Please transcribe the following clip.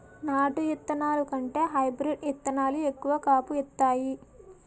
నాటు ఇత్తనాల కంటే హైబ్రీడ్ ఇత్తనాలు ఎక్కువ కాపు ఇత్తాయి